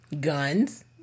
Guns